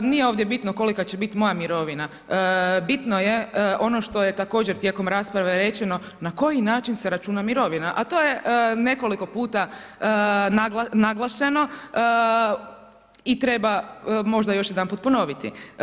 Nije ovdje bitno kolika će biti moja mirovina, bitno je ono što je također tijekom rasprave rečeno na koji način se računa mirovina a to je nekoliko puta naglašeno i treba možda još jedanput ponoviti.